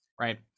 Right